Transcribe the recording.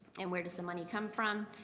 and where does the money come from?